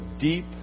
deep